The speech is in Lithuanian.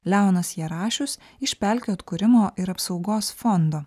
leonas jarašius iš pelkių atkūrimo ir apsaugos fondo